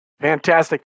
Fantastic